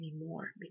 anymore